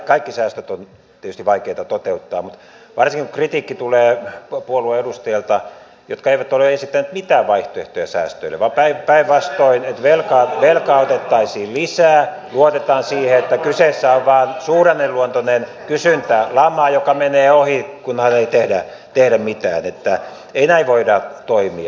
kaikki säästöt ovat tietysti vaikeita toteuttaa mutta varsinkin kun kritiikki tulee puolueen edustajilta jotka eivät ole esittäneet mitään vaihtoehtoja säästöille vaan päinvastoin että velkaa otettaisiin lisää luotetaan siihen että kyseessä on vain suuremmanluonteinen kysyntälama joka menee ohi kunhan ei tehdä mitään ei näin voida toimia